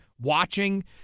watching